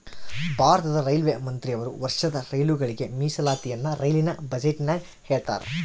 ಭಾರತದ ರೈಲ್ವೆ ಮಂತ್ರಿಯವರು ವರ್ಷದ ರೈಲುಗಳಿಗೆ ಮೀಸಲಾತಿಯನ್ನ ರೈಲಿನ ಬಜೆಟಿನಗ ಹೇಳ್ತಾರಾ